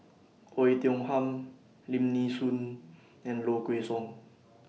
Oei Tiong Ham Lim Nee Soon and Low Kway Song